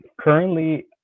currently